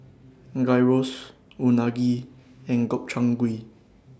Gyros Unagi and Gobchang Gui